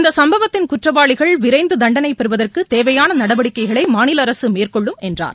இந்தசம்பவத்தின் குற்றவாளிகள் விரைந்துதண்டணைபெறுவதற்குதேவையானநடவடிக்கைகளைமாநிலஅரசுமேற்கொள்ளும் என்றார்